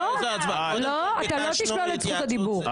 לא, אתה לא תשלול את זכות הדיבור.